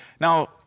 Now